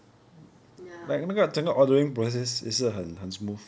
ya